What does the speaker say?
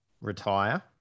retire